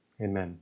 Amen